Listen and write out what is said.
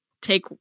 take